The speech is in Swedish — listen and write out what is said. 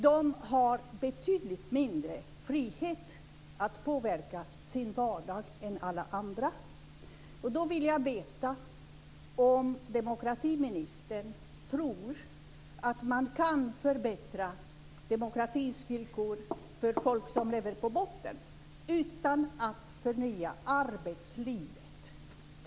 De har betydligt mindre frihet än alla andra att påverka sin vardag. Jag vill veta om demokratiministern tror att man kan förbättra demokratins villkor för folk som lever på botten utan att förnya arbetslivet.